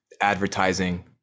Advertising